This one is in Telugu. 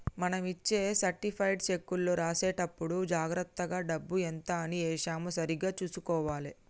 మనం ఇచ్చే సర్టిఫైడ్ చెక్కులో రాసేటప్పుడే జాగర్తగా డబ్బు ఎంత అని ఏశామో సరిగ్గా చుసుకోవాలే